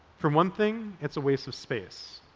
for one thing it's a waste of space.